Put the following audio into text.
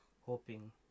hoping